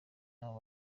abo